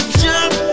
jump